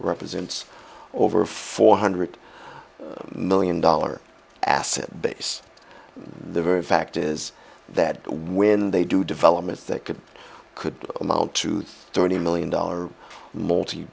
represents over four hundred million dollars asset base the very fact is that when they do developments that could amount to thirty million dollars multi